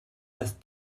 das